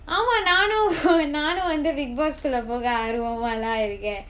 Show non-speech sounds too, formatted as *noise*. ஆமா நானும்:aamaa naanum *laughs* நானும் வந்து:naanum vanthu bigg boss கொள்ளை போக ஆர்வமா இருக்கேன்:kollai poga aarvamaa irukkaen